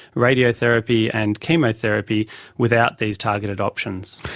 radiotherapy and chemotherapy without these targeted options.